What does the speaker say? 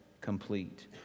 complete